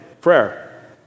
prayer